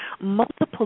multiple